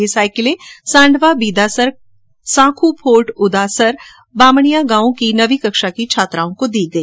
ये साइकिलें सांडवा बीदासर सांखू फोर्ट उदासर बामणिया गाँवों की नवीं कक्षा की छात्राओं की दी गई